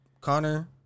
Connor